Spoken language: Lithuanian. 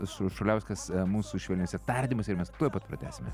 su šuliauskas mūsų švelniuose tardymuose ir mes tuoj pat pratęsime